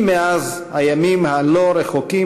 בבקשה, דקה לרשותך.